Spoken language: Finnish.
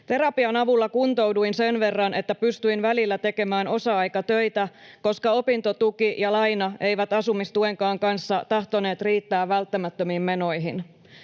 Terapian avulla kuntouduin sen verran, että pystyin välillä tekemään osa-aikatöitä, koska opintotuki ja ‑laina eivät asumistuenkaan kanssa tahtoneet riittää välttämättömiin menoihin.